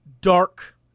dark